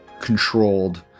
controlled